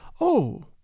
Oh